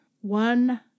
one